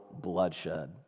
bloodshed